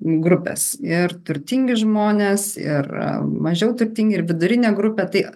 grupes ir turtingi žmonės ir mažiau turtingi ir vidurinė grupė tai